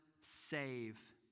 save